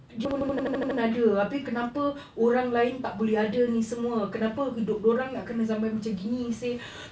dia semua pun ada abeh kenapa orang lain tak boleh ada ni semua kenapa hidup dia orang nak kena sampai macam gini seh